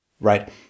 right